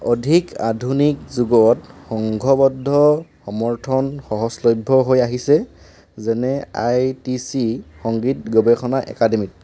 অধিক আধুনিক যুগত সংঘবদ্ধ সমৰ্থন সহজলভ্য হৈ আহিছে যেনে আইটিচি সংগীত গৱেষণা একাডেমীত